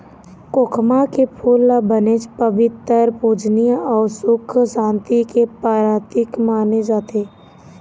खोखमा के फूल ल बनेच पबित्तर, पूजनीय अउ सुख सांति के परतिक माने जाथे